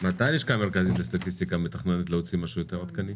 מתי הלשכה המרכזית לסטטיסטיקה מתכננת להוציא משהו יותר עדכני?